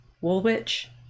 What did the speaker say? Woolwich